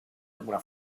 alguna